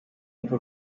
uko